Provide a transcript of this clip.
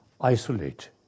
isolate